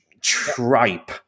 tripe